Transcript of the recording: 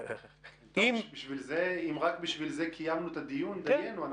אם רק בשביל זה קיימנו את הדיון, דיינו.